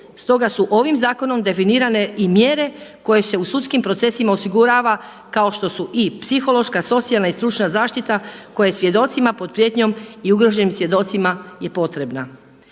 Stoga su ovim zakonom definirane i mjere koje se u sudskim procesima osigurava kao što su i psihološka, socijalna i stručna zaštita koja je svjedocima pod prijetnjom i ugroženim svjedocima je potrebna.